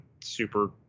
super